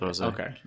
Okay